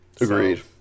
agreed